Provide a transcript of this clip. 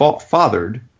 Fathered